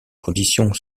conditions